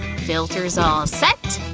filter's all set,